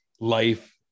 life